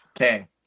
Okay